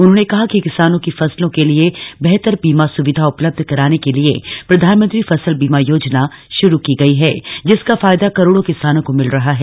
उन्होंने कहा कि किसानों की फसलों के लिए बेहतर बीमा सुविधा उपलब्ध कराने के लिए प्रधानमंत्री फसल बीमा योजना शुरू की गई है जिसका फायदा करोड़ों किसानों को मिल रहा है